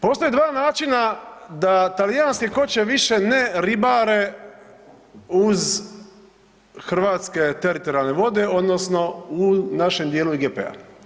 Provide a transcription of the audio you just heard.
Postoje dva načina da talijanske koće više ne ribare uz hrvatske teritorijalne vode odnosno u našem djelu IGP-a.